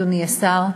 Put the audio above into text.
אדוני השר,